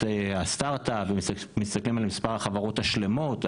הסטארט-אפ ומסתכלים על מספר החברות השלמות,